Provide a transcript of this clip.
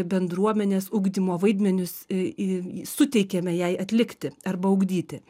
bendruomenės ugdymo vaidmenis į suteikiame jai atlikti arba ugdyti